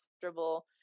comfortable